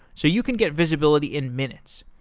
so you can get visibility in minutes.